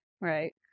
Right